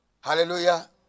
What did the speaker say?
Hallelujah